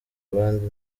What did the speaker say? abandi